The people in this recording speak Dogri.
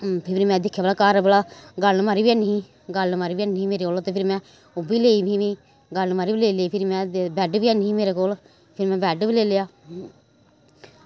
फिरी में दिखेआ भला घर भला गाडर लमारी बी हैनी ही गाडर लमारी बी हैनी ही मेरे कोल ते फिरी में ओह् बी लेई फ्ही में गाडर लमारी बी लेई लेई फिरी में ते बैड्ड बी हैनी ही मेरे कोल फिरी में बैड्ड बी लेई लेआ